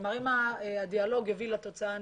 כלומר, אם הדיאלוג יביא לתוצאה הנכונה,